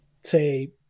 say